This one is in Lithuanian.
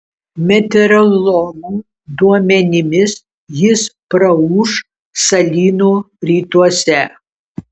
meteorologų duomenimis jis praūš salyno rytuose